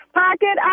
pocket